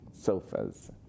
sofas